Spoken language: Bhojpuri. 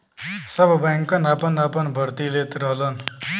सब बैंकन आपन आपन भर्ती लेत रहलन